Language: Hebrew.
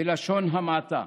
בלשון המעטה.